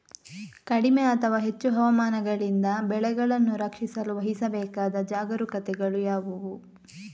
ಕಡಿಮೆ ಅಥವಾ ಹೆಚ್ಚು ಹವಾಮಾನಗಳಿಂದ ಬೆಳೆಗಳನ್ನು ರಕ್ಷಿಸಲು ವಹಿಸಬೇಕಾದ ಜಾಗರೂಕತೆಗಳು ಯಾವುವು?